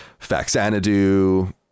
Faxanadu